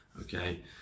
okay